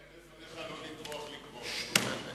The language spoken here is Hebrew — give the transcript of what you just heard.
אני מתחייב בפניך לא לטרוח לקרוא את זה.